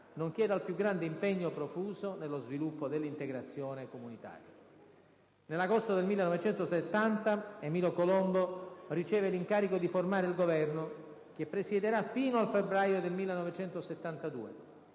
nonché dal più grande impegno profuso nello sviluppo dell'integrazione comunitaria. Nell'agosto del 1970 Emilio Colombo riceve l'incarico di formare il Governo, che presiederà fino al febbraio del 1972: